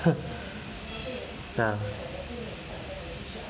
ya